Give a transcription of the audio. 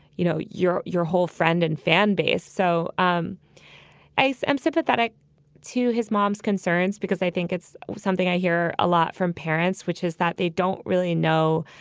you know, your your whole friend and fan base. so um i so am sympathetic to his mom's concerns because i think it's something i hear a lot from parents, which is that they don't really know